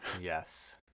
Yes